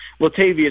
Latavius